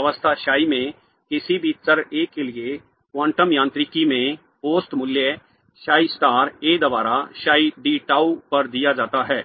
अवस्था psi में किसी भी चर ए के लिए क्वांटम यांत्रिकी में औसत मूल्य psi स्टार ए द्वारा psi डी ताऊ पर दिया जाता है